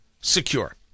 secure